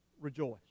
rejoice